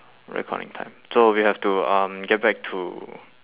recording time so we have to um get back to